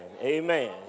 Amen